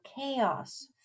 chaos